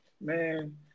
Man